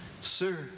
Sir